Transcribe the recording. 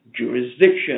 jurisdiction